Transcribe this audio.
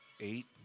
eight